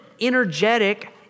energetic